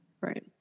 right